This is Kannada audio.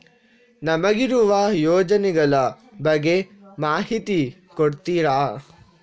ನಮಗಿರುವ ಯೋಜನೆಗಳ ಬಗ್ಗೆ ಮಾಹಿತಿ ಕೊಡ್ತೀರಾ?